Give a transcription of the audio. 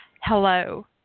Hello